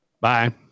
Bye